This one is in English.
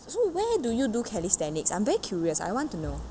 so where do you do calisthenics I'm very curious I want to know